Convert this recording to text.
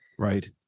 Right